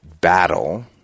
battle